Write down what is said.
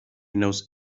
knows